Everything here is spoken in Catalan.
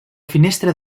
finestra